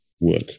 work